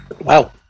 Wow